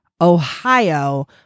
Ohio